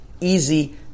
easy